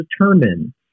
determine